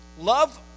Love